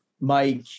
Mike